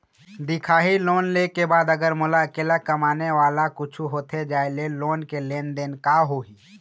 दिखाही लोन ले के बाद अगर मोला अकेला कमाने वाला ला कुछू होथे जाय ले लोन के लेनदेन के का होही?